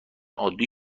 عادی